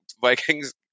Vikings